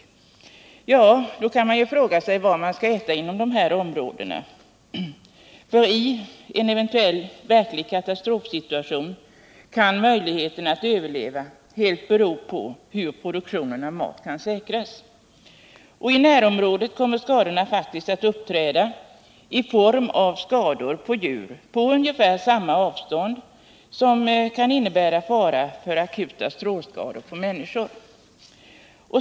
Man kan fråga sig vad befolkningen inom dessa områden skall äta. I en eventuell verklig katastrofsituation kan möjligheten att överleva helt bero på hur produktionen av mat kan säkras. I närområdet kommer effekter att uppträda i form av skador på djur, och det kommer att ske på ungefär samma avstånd från olycksplatsen som kan innebära fara för akuta strålskador på människor.